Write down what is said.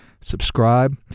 Subscribe